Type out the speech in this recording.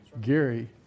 Gary